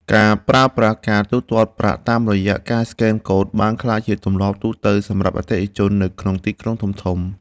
ការប្រើប្រាស់ការទូទាត់ប្រាក់តាមរយៈការស្កេនកូដបានក្លាយជាទម្លាប់ទូទៅសម្រាប់អតិថិជននៅក្នុងទីក្រុងធំៗ។